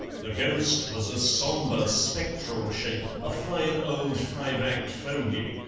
the ghost was a sombre spectral shape, a fine old five-act fogy,